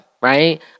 Right